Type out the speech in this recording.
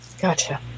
Gotcha